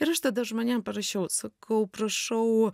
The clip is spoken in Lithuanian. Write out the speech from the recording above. ir aš tada žmonėm parašiau sakau prašau